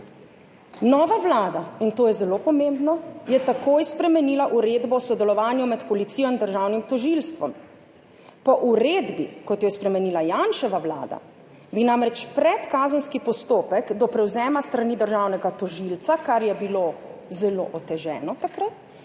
Nova vlada – in to je zelo pomembno – je takoj spremenila uredbo o sodelovanju med policijo in državnim tožilstvom. Po uredbi, kot jo je spremenila Janševa vlada, bi namreč predkazenski postopek do prevzema s strani državnega tožilca, kar je bilo takrat